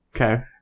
Okay